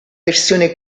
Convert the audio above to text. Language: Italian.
versione